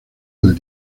del